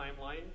timeline